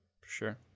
Sure